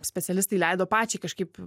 specialistai leido pačiai kažkaip